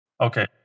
Okay